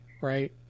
right